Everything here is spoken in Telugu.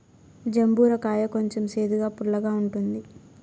జంబూర కాయ కొంచెం సేదుగా, పుల్లగా ఉంటుంది